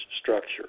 structure